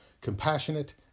compassionate